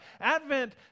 Advent